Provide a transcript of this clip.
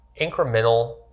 incremental